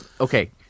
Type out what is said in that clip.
okay